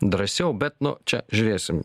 drąsiau bet nu čia žiūrėsim